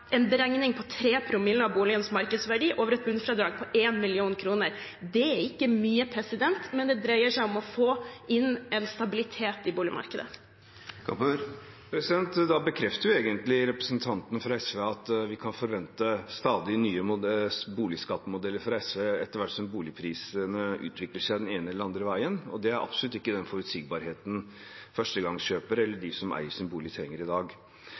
en beregning av 3 promille av boligens markedsverdi, over et bunnfradrag på 1 mill. kr. Det er ikke mye, men det dreier seg om å få inn en stabilitet i boligmarkedet. Da bekrefter egentlig representanten fra SV at vi kan forvente stadig nye boligskattemodeller fra SV etter hvert som prisene utvikler seg den ene eller den andre veien. Det er absolutt ikke den forutsigbarheten førstegangskjøpere eller de som eier sin bolig, trenger i dag.